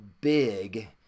big